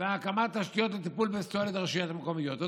ולהקים תשתיות לטיפול בפסולת ברשויות המקומיות.